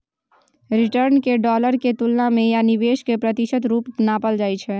return केँ dollar केर तुलना मे या निबेश केर प्रतिशत रुपे नापल जाइ छै